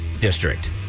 District